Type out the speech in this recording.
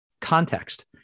context